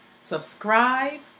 subscribe